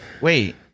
wait